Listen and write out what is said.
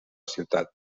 ciutat